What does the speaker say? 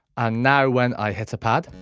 and now when i hit a pad